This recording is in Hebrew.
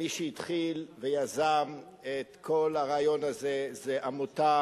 מי שהתחילה ויזמה את כל הרעיון הזה זו העמותה